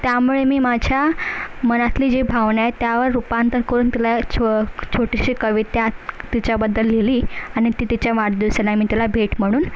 त्यामुळे मी माझ्या मनातली जे भावना आहे त्यावर रूपांतर करून तिला छो छोटीशी कविता तिच्याबद्दल लिहिली आणि ते तिच्या वाढदिवसाला मी तिला भेट म्हणून